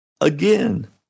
again